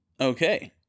Okay